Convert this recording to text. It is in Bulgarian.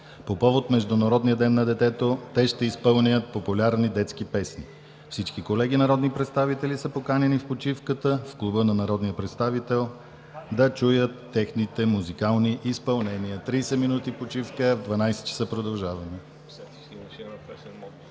По повод на Международния ден на детето те ще изпълнят популярни детски песни. Всички колеги народни представители са поканени в почивката в Клуба на народния представител да чуят техните музикални изпълнения. Тридесет минути почивка. В 12,00 ч. продължаваме.